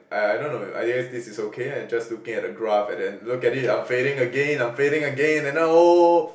I I don't know I guess this is okay I just looking at the graph and then look at it I'm fading again I'm fading again and now oh